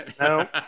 No